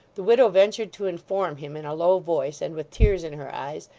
the widow ventured to inform him in a low voice and with tears in her eyes,